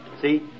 See